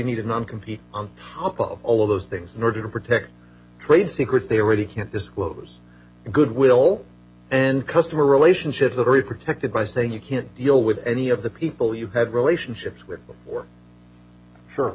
needed them compete on top of all of those things in order to protect trade secrets they already can't disclose goodwill and customer relationships a very protected by saying you can't deal with any of the people you've had relationships with